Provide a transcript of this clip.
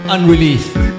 Unreleased